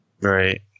right